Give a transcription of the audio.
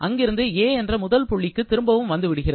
அங்கிருந்து A என்ற முதல் புள்ளிக்கு திரும்பவும் வந்து விடுகிறது